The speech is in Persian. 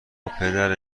پدر